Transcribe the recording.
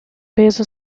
peso